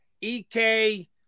EK